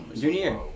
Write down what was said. Junior